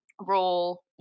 role